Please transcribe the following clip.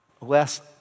less